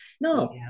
no